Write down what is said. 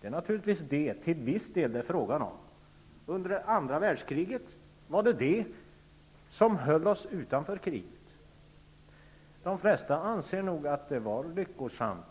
Det är naturligtvis till viss del fråga om det. Under det andra världskriget var det detta som höll oss utanför kriget. En stor del del av svenska folket anser nog att det var lyckosamt.